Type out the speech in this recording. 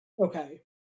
Okay